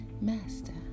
master